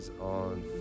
on